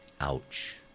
Ouch